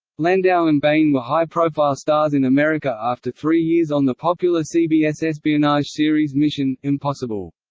landau and bain were high-profile stars in america after three years on the popular cbs espionage series mission impossible.